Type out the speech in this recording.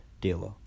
dealer